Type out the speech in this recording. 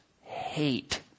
hate